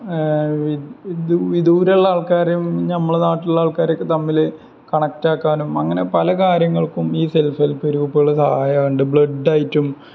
ദൂരെയുള്ള ആൾക്കാരും നമ്മളെ നാട്ടിലുള്ള ആൾക്കാരും തമ്മില് കണക്ടാക്കാനും അങ്ങനെ പല കാര്യങ്ങൾക്കും ഈ സെല്ഫ് ഹെല്പ് ഗ്രൂപ്പുകള് സഹായകമാകാറുണ്ട് ബ്ലഡ്ഡ് ആയിട്ടും